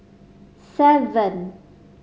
seven